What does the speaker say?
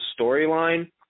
storyline